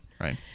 Right